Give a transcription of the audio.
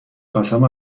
قسم